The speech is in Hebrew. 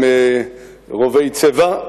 עם רובי צבע.